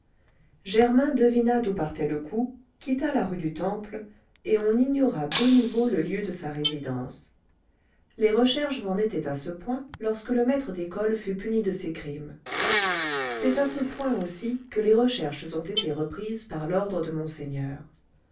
germain devina d'où partait le coup quitta la rue du temple et on ignora de nouveau le lieu de sa résidence les recherches en étaient à ce point lorsque le maître d'école fut puni de ses crimes c'est à ce point aussi que les recherches ont été reprises par l'ordre de monseigneur